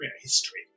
history